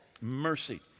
Mercy